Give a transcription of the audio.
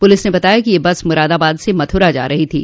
police ने बताया कि यह बस मुरादाबाद से मथुरा जा रही थी